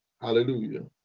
hallelujah